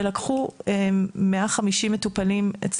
שלקחו 150 מטופלים.